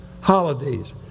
Holidays